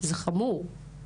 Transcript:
זה חמור.